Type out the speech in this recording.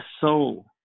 soul